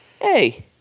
Hey